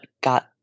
got